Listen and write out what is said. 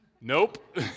Nope